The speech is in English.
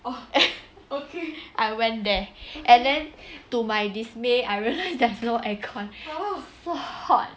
I went there and then to my dismay I realise there's no aircon so hot